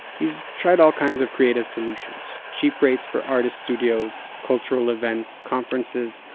he's tried all kinds of creative solutions cheap rates for artists' studios, cultural events, conferences.